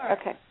Okay